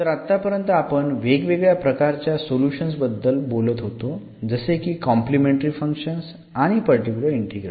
तर आत्तापर्यंत आपण वेगवेगळ्या प्रकारच्या सोल्युशन्स बद्दल बोलत होतो जसे की कॉम्प्लिमेंटरी फंक्शन्स आणि पर्टिक्युलर इंटिग्रल